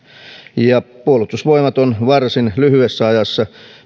puolustusvoimat on varsin lyhyessä ajassa